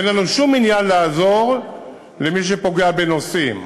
אין לנו שום עניין לעזור למי שפוגע בנוסעים.